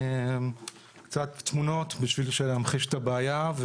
קצת תמונות בשביל להמחיש את הבעיה,